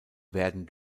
werden